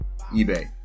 eBay